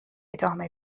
ادامه